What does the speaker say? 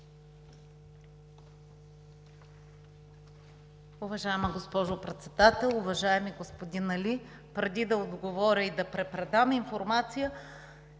Уважаема госпожо Председател, уважаеми господин Али! Преди да отговоря и да препредам информация,